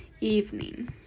evening